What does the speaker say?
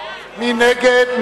מי נגד?